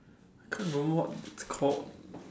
I can't remember what it's called